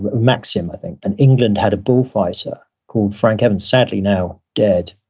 but maxim, i think, and england had a bull-fighter called frank evans, sadly now dead,